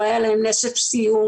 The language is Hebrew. לא היה להם נשף סיום,